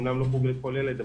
אומנם לא חוג לכל ילד,